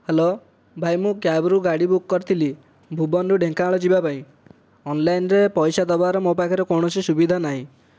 hello ଭାଇ ମୁଁ କ୍ୟାବରୁ ଗାଡ଼ି ବୁକ କରିଥିଲି ଭୁବନରୁ ଢେଙ୍କାନାଳ ଯିବା ପାଇଁ ଅନଲାଇନରେ ପଇସା ଦେବାର ମୋ ପାଖରେ କୋଣସି ସୁବିଧା ନାହିଁ